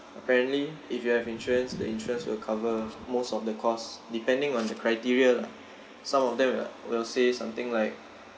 apparently if you have insurance the insurance will cover most of the costs depending on the criteria lah some of them will like will say something like